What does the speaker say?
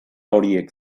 horiek